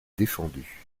défendu